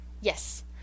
Yes